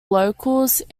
locals